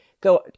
go